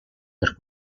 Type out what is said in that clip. per